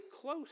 close